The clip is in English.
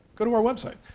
go to our website.